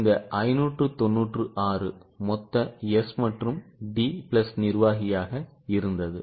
இந்த 596 மொத்த S மற்றும் D பிளஸ் நிர்வாகியாக இருந்தது